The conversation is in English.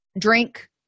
drink